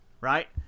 right